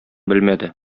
белмәде